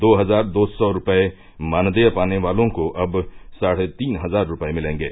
दो हजार दो सौ रुपये मानदेय पाने वालों का अब साढ़े तीन हजार रुपये मिलेंगे